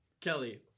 Kelly